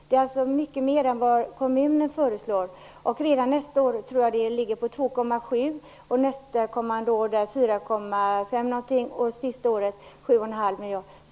Det är alltså mycket mera än kommunerna föreslår. Redan nästa år ligger anslagen på 2,7 miljarder tror jag, nästkommande år på ungefär 4,5 miljarder och det sista året på 7 1⁄2 miljard.